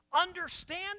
understand